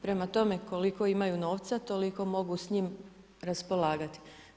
Prema tome, koliko imaju novca toliko mogu s njim raspolagati.